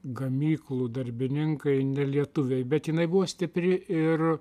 gamyklų darbininkai ne lietuviai bet jinai buvo stipri ir